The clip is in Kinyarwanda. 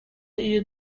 iyo